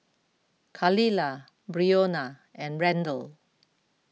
Khalilah Brionna and Randle